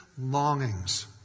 longings